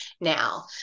now